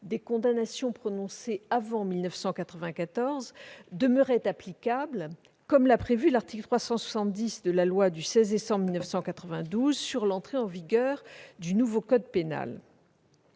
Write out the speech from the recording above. des condamnations prononcées avant 1994 demeuraient applicables, comme l'a prévu l'article 370 de la loi du 16 décembre 1992 relative à l'entrée en vigueur du nouveau code pénal.